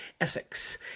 Essex